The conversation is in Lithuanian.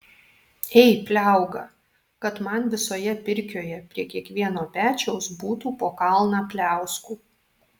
ei pliauga kad man visoje pirkioje prie kiekvieno pečiaus būtų po kalną pliauskų